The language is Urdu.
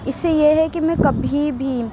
اس سے یہ ہے کہ میں کبھی بھی